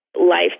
life